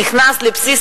נכנס לבסיס